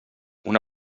una